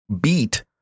Beat